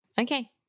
Okay